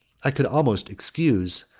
i could almost excuse,